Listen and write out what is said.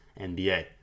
NBA